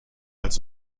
als